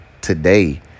today